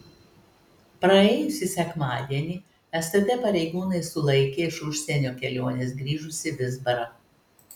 praėjusį sekmadienį stt pareigūnai sulaikė iš užsienio kelionės grįžusį vizbarą